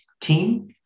team